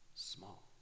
small